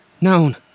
known